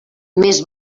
més